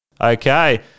Okay